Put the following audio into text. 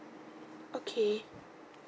okay